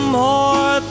more